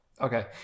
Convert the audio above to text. Okay